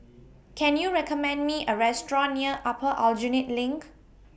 Can YOU recommend Me A Restaurant near Upper Aljunied LINK